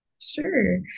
Sure